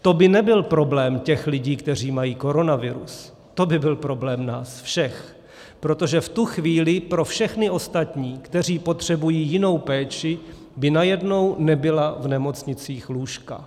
To by nebyl problém těch lidí, kteří mají koronavirus, to by byl problém nás všech, protože v tu chvíli pro všechny ostatní, kteří potřebují jinou péči, by najednou nebyla v nemocnicích lůžka.